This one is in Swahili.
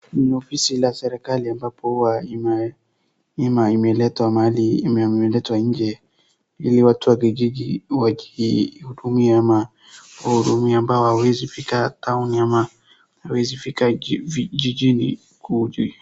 Kuna ofisi la serikali ambapo , hema imeletwa mahali, imeletwa nje ili wanakijiji wakihurumia ama kuwahurumia amabo hawezi fika tauni ama hawawezi fika vijijini.